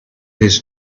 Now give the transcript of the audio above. his